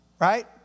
right